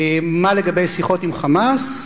מה לגבי שיחות עם "חמאס",